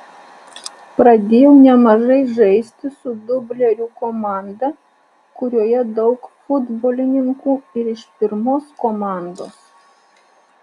pradėjau nemažai žaisti su dublerių komanda kurioje daug futbolininkų ir iš pirmos komandos